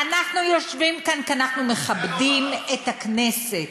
מה חדש?